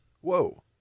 Whoa